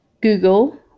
Google